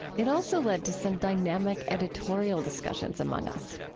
it also led to some dynamic editorial discussions among us.